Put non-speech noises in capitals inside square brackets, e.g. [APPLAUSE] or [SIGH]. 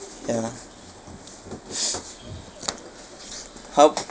actually ya [BREATH] how